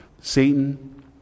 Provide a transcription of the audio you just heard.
Satan